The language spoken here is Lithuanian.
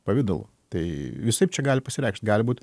pavidalu tai visaip čia gali pasireikšti gali būt